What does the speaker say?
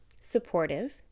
supportive